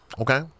Okay